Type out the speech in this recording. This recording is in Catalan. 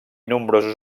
nombrosos